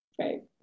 right